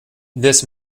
this